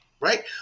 Right